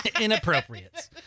Inappropriate